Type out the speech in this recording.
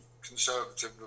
conservative